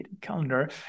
calendar